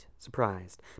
Surprised